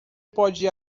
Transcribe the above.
pode